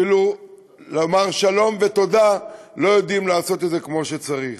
אפילו לומר שלום ותודה לא יודעים כמו שצריך.